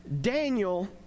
Daniel